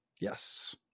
Yes